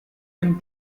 ein